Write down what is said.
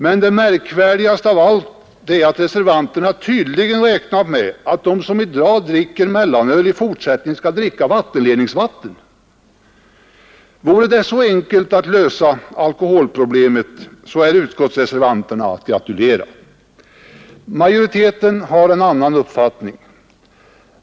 Men det märkvärdigaste av allt är att reservanterna tydligen räknar med att de som i dag dricker mellanöl i fortsättningen skall dricka vattenledningsvatten. Vore det så enkelt att lösa alkoholproblemet, så är utskottsreservanterna att gratulera. Majoriteten har en annan uppfattning.